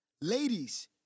Ladies